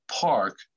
park